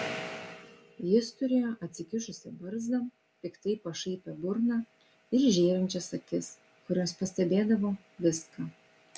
jis turėjo atsikišusią barzdą piktai pašaipią burną ir žėrinčias akis kurios pastebėdavo viską